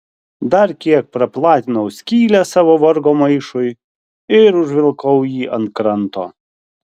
dar kiek praplatinau skylę savo vargo maišui ir užvilkau jį ant kranto